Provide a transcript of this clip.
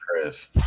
Chris